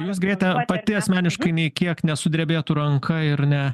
o jūs grėte pati asmeniškai nei kiek nesudrebėtų ranka ir ne